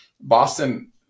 Boston